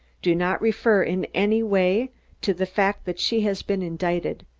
do not refer in any way to the fact that she has been indicted,